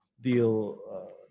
deal